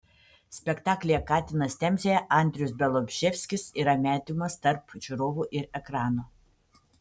spektaklyje katinas temzėje andrius bialobžeskis yra mediumas tarp žiūrovų ir ekrano